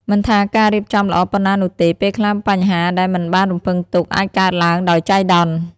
មិនថាការរៀបចំល្អប៉ុណ្ណានោះទេ ពេលខ្លះបញ្ហាដែលមិនបានរំពឹងទុក អាចកើតឡើងដោយចៃដន្យ។